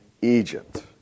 Egypt